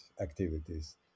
activities